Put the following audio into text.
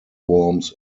worms